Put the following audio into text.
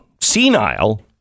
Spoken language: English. senile